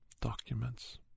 documents